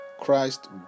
Christ